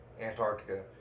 antarctica